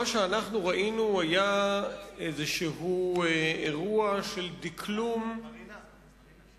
מה שאנחנו ראינו היה איזה אירוע של דקלום מביך